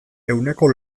ehuneko